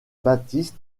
baptiste